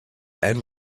and